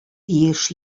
тиеш